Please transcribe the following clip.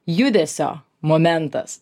judesio momentas